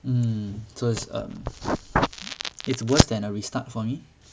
mm so it's um it's worse than a restart for me